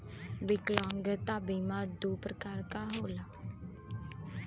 विकलागंता बीमा दू प्रकार क होला